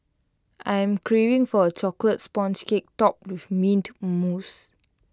I am craving for A Chocolate Sponge Cake Topped with Mint Mousse